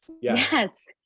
yes